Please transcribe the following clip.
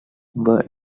were